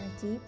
deep